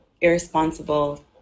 irresponsible